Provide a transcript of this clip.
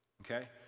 okay